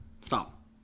Stop